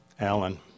Alan